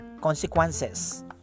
consequences